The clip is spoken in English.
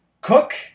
cook